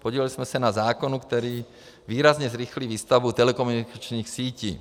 Podíleli jsme se na zákonu, který výrazně zrychlí výstavbu telekomunikačních sítí.